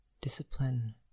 discipline